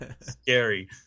Scary